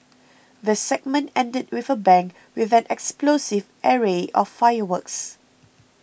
the segment ended with a bang with an explosive array of fireworks